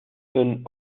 een